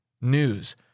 News